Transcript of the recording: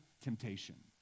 temptation